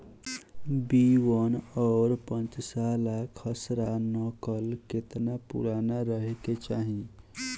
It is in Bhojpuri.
बी वन और पांचसाला खसरा नकल केतना पुरान रहे के चाहीं?